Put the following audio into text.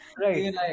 Right